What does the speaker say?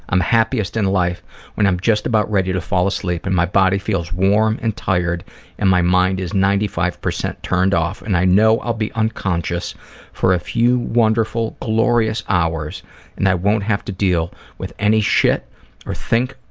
i'm happiest in life when i'm just about ready to fall asleep and my body feels warm and tired and my mind is ninety five percent turned off and i know i'll be unconscious for a few wonderful glorious hours and i won't have to deal with any shit or think,